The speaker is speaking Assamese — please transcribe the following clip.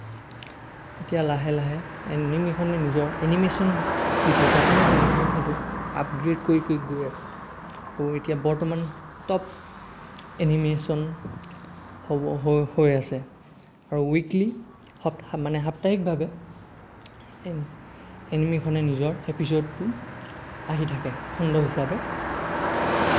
এতিয়া লাহে লাহে এনিমিখনে নিজৰ এনিমেচন যিটো জাপানিছ এনিমেচন এইটো আপগ্ৰেদ কৰি কৰি গৈ আছে আৰু এতিয়া বৰ্তমান টপ এনিমেচন হ'ব হৈ হৈ আছে আৰু উইকলি মানে সাপ্তাহিকভাৱে এ এনিমিখনে নিজৰ এপিছদটো আহি থাকে খণ্ড হিচাপে